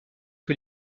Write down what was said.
que